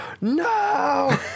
no